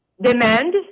demand